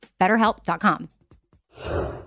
BetterHelp.com